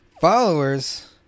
followers